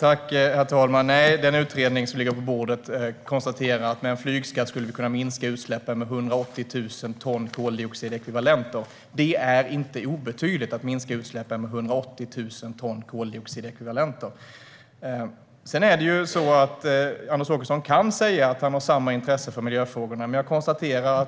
Herr talman! Nej, den utredning som ligger på bordet konstaterar att med en flygskatt skulle vi kunna minska utsläppen med 180 000 ton koldioxidekvivalenter. Det är inte en obetydlig minskning. Anders Åkesson kan säga att han har samma intresse för miljöfrågorna. Men